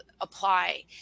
apply